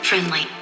Friendly